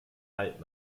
alt